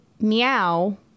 meow